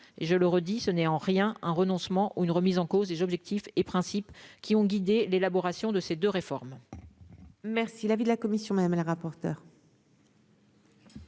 je le redis, ce n'est en rien un renoncement ou une remise en cause des objectifs et principes qui ont guidé l'élaboration de ces 2 réformes.